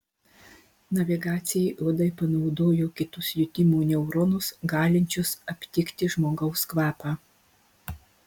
navigacijai uodai panaudojo kitus jutimo neuronus galinčius aptikti žmogaus kvapą